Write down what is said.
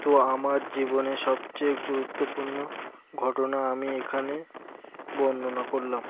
তো আমার জীবনে সবচেয়ে গুরুত্বপূর্ণ ঘটনা আমি এখানে বর্ণনা করলাম